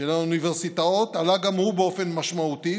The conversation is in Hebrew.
של האוניברסיטאות עלה גם הוא באופן משמעותי